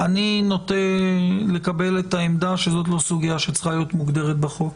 אני נוטה לקבל את העמדה שזאת לא סוגיה שצריכה להיות מוגדרת בחוק.